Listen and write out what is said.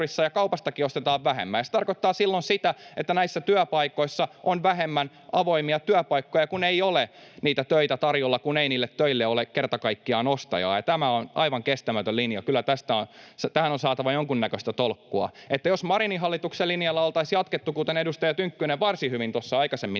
ja kaupastakin ostetaan vähimmän. Se tarkoittaa silloin sitä, että näissä työpaikoissa on vähemmän avoimia työpaikkoja, kun ei ole töitä tarjolla, kun ei niille töille ole kerta kaikkiaan ostajaa, ja tämä on aivan kestämätön linja. Kyllä tähän on saatava jonkunnäköistä tolkkua. Jos Marinin hallituksen linjalla oltaisiin jatkettu, kuten edustaja Tynkkynen varsin hyvin aikaisemmin